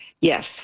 Yes